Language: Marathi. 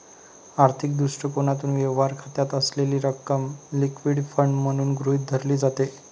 आर्थिक दृष्टिकोनातून, व्यवहार खात्यात असलेली रक्कम लिक्विड फंड म्हणून गृहीत धरली जाते